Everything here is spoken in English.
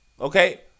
Okay